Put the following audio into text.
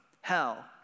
hell